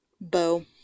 Bow